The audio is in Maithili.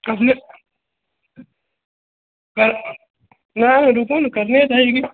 कनियक नहि रुकय न कनिए देर की